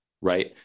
right